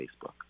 Facebook